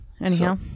anyhow